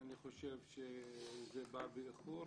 אני חושב שזה בא באיחור,